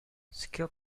skill